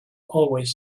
always